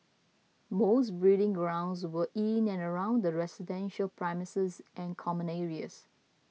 most breeding grounds were in and around the residential premises and common areas